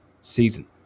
season